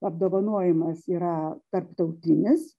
apdovanojimas yra tarptautinis